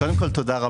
קודם כול, תודה רבה.